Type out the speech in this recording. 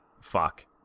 fuck